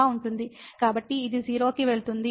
కాబట్టి ఇది 0 కి వెళుతుంది